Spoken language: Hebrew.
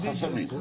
חסמים, בדיוק.